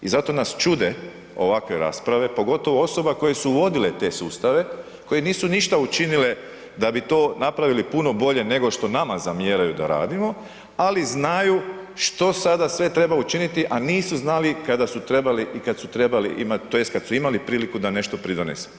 I zato nas čude ovakve rasprave, pogotovo osoba koje su vodile te sustave koje nisu ništa učinile da bi to napravili puno bolje nego što to nama zamjeraju da radimo, ali znaju što sada sve treba učiniti, a nisu znali kada su trebali i kad su trebali imati, tj. kad su imali priliku da nešto pridonesu.